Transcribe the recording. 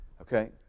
Okay